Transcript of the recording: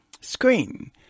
screen